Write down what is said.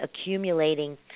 accumulating